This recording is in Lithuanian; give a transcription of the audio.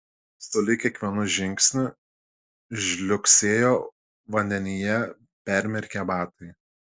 sulig kiekvienu žingsniu žliugsėjo vandenyje permirkę batai